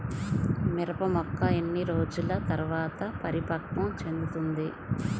మిరప మొక్క ఎన్ని రోజుల తర్వాత పరిపక్వం చెందుతుంది?